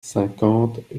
cinquante